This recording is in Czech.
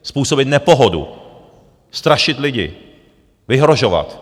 Způsobit nepohodu, strašit lidi, vyhrožovat.